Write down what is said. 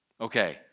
Okay